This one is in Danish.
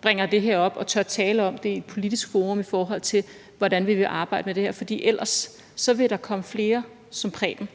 bringer det her op og tør tale om det i et politisk forum, i forhold til hvordan vi vil arbejde med det her. For ellers vil der komme flere som Preben,